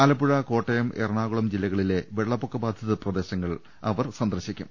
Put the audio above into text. ആലപ്പുഴ കോട്ടയം എറണാകുളം ജില്ലകളിലെ വെള്ളപ്പൊക്ക ബാധിത പ്രദേശങ്ങൾ അവർ സന്ദർശിക്കും